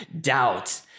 doubt